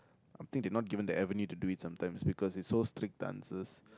I think they are not given the avenue to do it sometimes because it's so strict the answers